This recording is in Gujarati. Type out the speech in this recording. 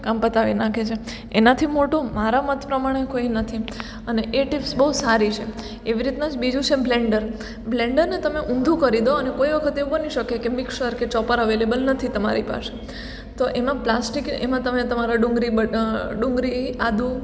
કામ પતાવી નાખે છે એનાથી મોટું મારા મત પ્રમાણે કોઈ નથી અને એ ટિપ્સ બહુ સારી છે એવી રીતના જ બીજું છે બ્લેન્ડર બ્લેન્ડરને તમે ઊંધુ કરી દો અને કોઈ વખત એવું બની શકે કે મિક્સર કે ચોપર અવેલેબલ નથી તમારી પાસે તો એમાં પ્લાસ્ટિક એમાં તમે તમારા ડુંગળી ડુંગળી આદું